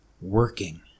working